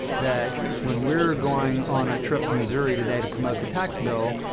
that when we were going on a trip to missouri today to promote the tax bill,